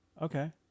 okay